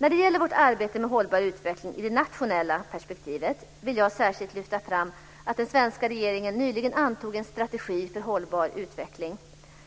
När det gäller vårt arbete med hållbar utveckling i det nationella perspektivet vill jag särskilt lyfta fram att den svenska regeringen nyligen antog en strategi för hållbar utveckling.